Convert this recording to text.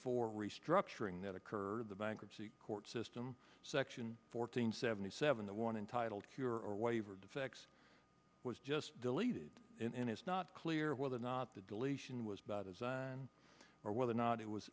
four restructuring that occurred the bankruptcy court system section fourteen seventy seven the one entitled cure or waiver defects was just deleted in it's not clear whether or not the deletion was by design or whether or not it was